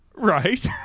Right